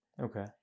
Okay